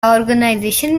organization